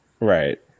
Right